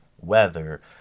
weather